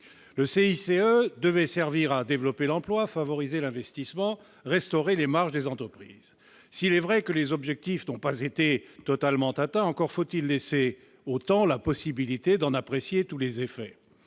Le CICE devait servir à développer l'emploi, à favoriser l'investissement et à restaurer les marges des entreprises. S'il est vrai que les objectifs n'ont pas été totalement atteints, encore faut-il se laisser du temps pour pouvoir apprécier tous les effets